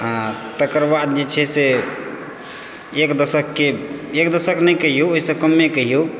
आओर तकर बाद जे छै से एक दशकके एक दशक नहि कहियौ ओहिसँ कमे कहियौ